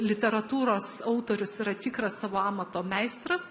literatūros autorius yra tikras savo amato meistras